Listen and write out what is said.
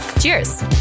cheers